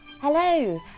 Hello